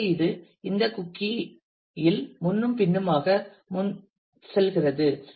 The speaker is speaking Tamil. எனவே இது இந்த குக்கீயில் முன்னும் பின்னுமாக முன்னும் பின்னுமாக செல்கிறது